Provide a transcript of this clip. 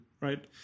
Right